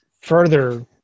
further